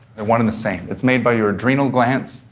they're one and the same. it's made by your adrenal glands.